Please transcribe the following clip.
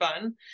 fun